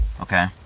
Okay